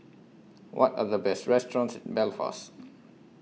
What Are The Best restaurants in Belfast